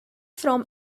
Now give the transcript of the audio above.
from